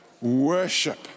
worship